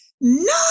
no